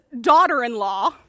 daughter-in-law